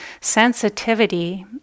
sensitivity